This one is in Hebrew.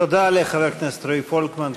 ‎ תודה לחבר הכנסת רועי פולקמן.